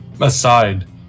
aside